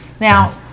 Now